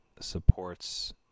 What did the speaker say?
supports